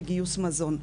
בגיוס מזון,